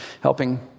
helping